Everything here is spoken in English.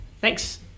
Thanks